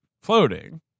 floating